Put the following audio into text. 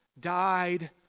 died